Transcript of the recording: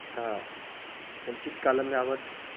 अतः किञ्चित् कालं यावत्